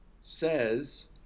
says